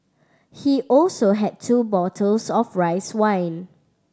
he also had two bottles of rice wine